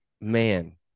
Man